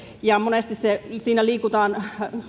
ja monesti niissä liikutaan